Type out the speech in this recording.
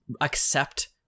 accept